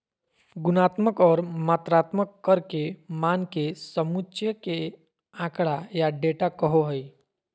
गुणात्मक और मात्रात्मक कर के मान के समुच्चय के आँकड़ा या डेटा कहो हइ